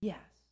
Yes